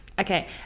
Okay